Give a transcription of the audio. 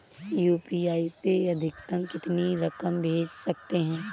UPI से अधिकतम कितनी रकम भेज सकते हैं?